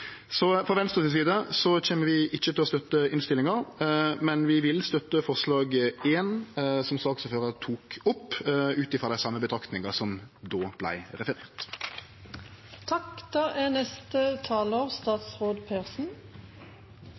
Så Venstre kjem ikkje til å støtte innstillinga, men vi vil støtte forslag nr. 1, som saksordføraren tok opp, ut frå dei same betraktningane som då